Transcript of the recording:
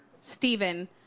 Stephen